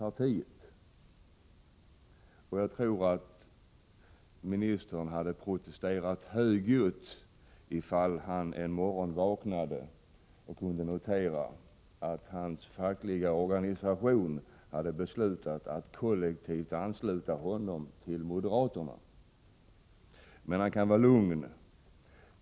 Vidare tror jag att ministern hade protesterat högljutt ifall han en morgon vaknade och noterade att hans fackliga organisation hade beslutat att kollektivt ansluta honom till moderaterna. Men han kan vara lugn.